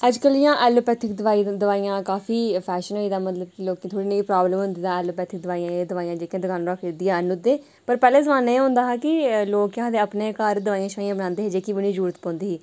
अजकल जियां ऐलोपैथिक दबाई दोआइयें दा काफी फैशन होई दा मतलब कि लोकें गी थोह्ड़ी जेही प्राब्लम होंदी ते ऐलोपैथिक दोआई दोआइयां जेह्कियां दकाने उप्परा खरीदी आह्नी ओड़दे पराने जमाने च एह् होंदा हा कि लोक केह् आखदे अपने घर दोआइयां शबाइंया बनांदे हे जेह्की बी उ'नें ई जरुरत पौंदी ही